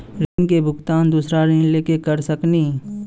ऋण के भुगतान दूसरा ऋण लेके करऽ सकनी?